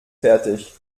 fertig